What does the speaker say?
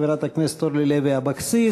חברת הכנסת אורלי לוי אבקסיס,